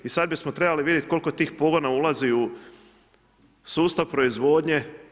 I sada bismo trebali vidjeti koliko tih pogona ulazi u sustav proizvodnje.